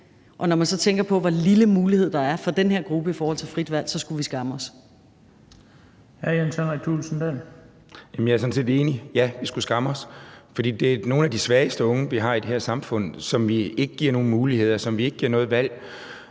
og når man så tænker på, hvor lille mulighed der er for den her gruppe i forhold til frit valg, så skulle vi skamme os. Kl. 15:53 Den fg. formand (Bent Bøgsted): Hr. Jens Henrik Thulesen Dahl. Kl. 15:53 Jens Henrik Thulesen Dahl (DF): Jeg er sådan set enig, ja, vi skulle skamme os, for det er nogle af de svageste unge, vi har i det her samfund, som vi ikke giver nogen muligheder, som vi ikke giver noget valg,